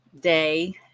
day